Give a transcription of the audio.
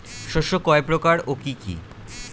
শস্য কয় প্রকার কি কি?